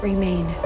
Remain